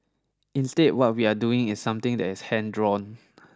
instead what we are doing is something that is hand drawn